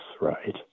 Right